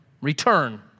return